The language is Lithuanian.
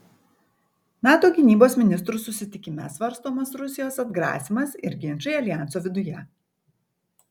nato gynybos ministrų susitikime svarstomas rusijos atgrasymas ir ginčai aljanso viduje